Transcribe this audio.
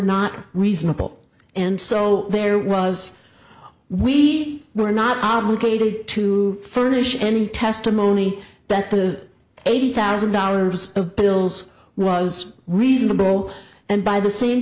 not reasonable and so there was we were not obligated to furnish any testimony that the eighty thousand dollars of bills was reasonable and by the same